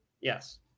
Yes